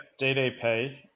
DDP